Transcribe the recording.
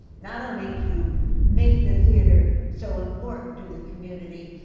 not only to make the theatre so important to the community,